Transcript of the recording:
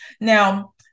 Now